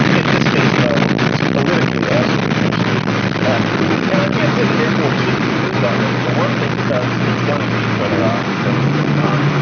in this case though, it's politically also potentially awkward. and i can't say that therefore it shouldn't be used that way, for one thing, because it's going to be whether i say anything or not.